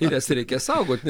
ir jas reikia saugoti